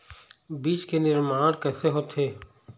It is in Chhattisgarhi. बीज के निर्माण कैसे होथे?